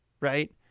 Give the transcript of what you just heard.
Right